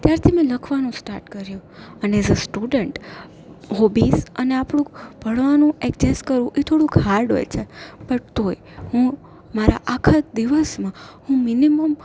ત્યારથી મે લખવાનું સ્ટાર્ટ કર્યું અને એઝ અ સ્ટુડન્ટ હોબીસ અને આપણું ભણવાનું એકજેસ કરવું એ થોડુંક હાર્ડ હોય છે બટ તોય હું મારા આખા દિવસમાં હું મિનિમમ